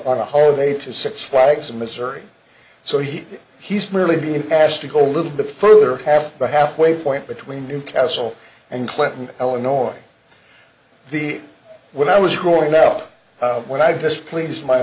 on a holiday to six flags in missouri so he he's merely being asked to go a little bit further half the halfway point between newcastle and clinton illinois the when i was growing up when i displeased my